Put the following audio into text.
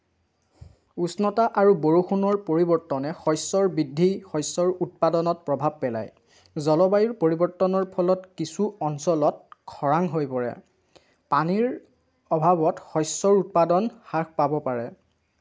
উষ্ণতা আৰু বৰষুণৰ পৰিৱৰ্তনে শস্য়ৰ বৃদ্ধি শষ্যৰ উৎপাদনত প্ৰভাৱ পেলায় জলবায়ুৰ পৰিৱৰ্তনৰ ফলত কিছু অঞ্চলত খৰাং হৈ পৰে পানীৰ অভাৱত শস্য়ৰ উৎপাদন হ্ৰাস পাব পাৰে